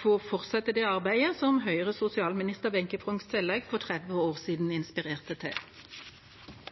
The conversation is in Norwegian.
får fortsette det arbeidet som Høyres sosialminister Wenche Frogn Sellæg for 30 år siden inspirerte til. 27 pst. av befolkninga i Nordland har ikke tilgang til moderne bredbånd. De har ikke tilgang til